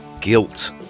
guilt